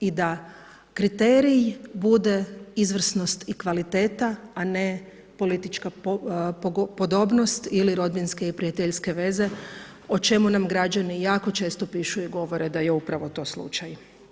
I da kriterij bude izvrsnost i kvaliteta a ne politička podobnost ili rabinske i prijateljske veze o čemu nam građani jako često pišu i govore da je upravo to slučaj.